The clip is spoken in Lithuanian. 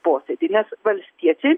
posėdį nes valstiečiai